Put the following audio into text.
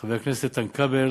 חבר הכנסת איתן כבל